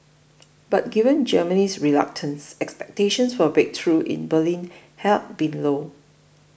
but given Germany's reluctance expectations for a breakthrough in Berlin had been low